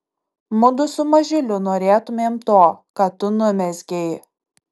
mudu su mažyliu norėtumėm to ką tu numezgei